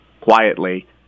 quietly